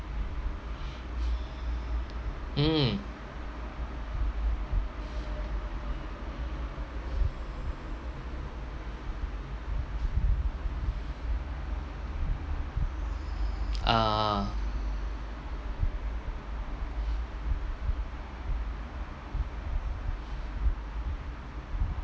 mm uh